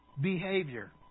behavior